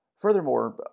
Furthermore